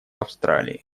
австралии